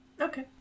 Okay